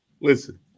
Listen